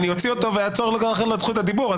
אני אוציא אותו ואעצור לו את זה זכות הדיבור...